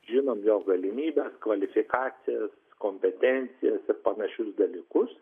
žinom jo galimybes kvalifikacijas kompetencijas ir panašius dalykus